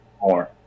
more